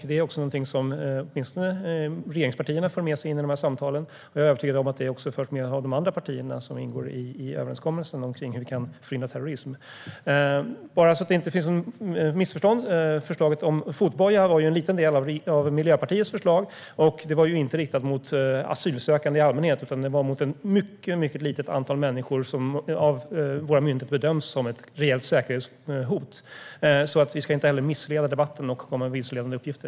Det är någonting som åtminstone regeringspartierna har med sig i samtalen, och jag är övertygad om att även de andra partierna, som ingår i överenskommelsen om hur man kan förhindra terrorism, har med sig det. Bara för att det inte ska finnas något missförstånd: Förslaget om fotboja var ju en liten del av Miljöpartiets förslag, och det var inte riktat mot asylsökande i allmänhet, utan det var riktat mot ett mycket litet antal människor som av våra myndigheter bedöms som ett reellt säkerhetshot. Så vi ska inte missleda debatten och komma med vilseledande uppgifter.